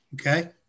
okay